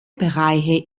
bereiche